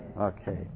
Okay